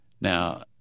Now